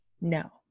no